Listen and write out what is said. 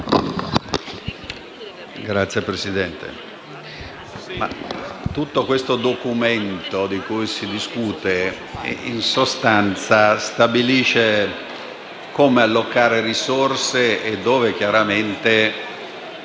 Signora Presidente, tutto questo Documento di cui si discute in sostanza stabilisce come allocare risorse e dove recuperarle.